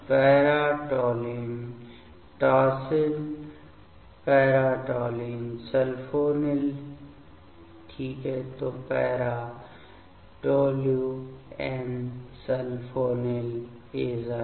para toluene tosyl para toluene sulfonyl ठीक है तो पैरा टोल्यूएनसल्फोनील एज़ाइड